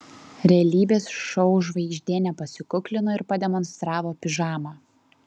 realybės šou žvaigždė nepasikuklino ir pademonstravo pižamą